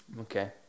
Okay